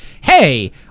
hey